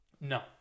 No